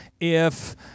if-